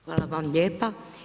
Hvala vam lijepa.